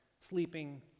sleeping